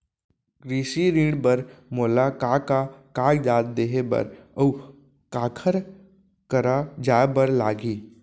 कृषि ऋण बर मोला का का कागजात देहे बर, अऊ काखर करा जाए बर लागही?